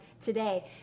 today